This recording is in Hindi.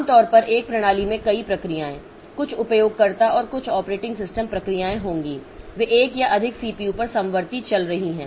आमतौर पर एक प्रणाली में कई प्रक्रियाएं कुछ उपयोगकर्ता और कुछ ऑपरेटिंग सिस्टम प्रक्रियाएं होंगी वे एक या अधिक सीपीयू पर समवर्ती चल रही हैं